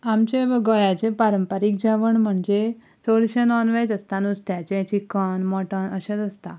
आमचें गोंयाचे पारंपारीक जेवण म्हणचे चडशें नॉन व्हेज आसता नुस्त्याचें चिकन मटण अशेंच आसता